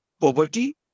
Poverty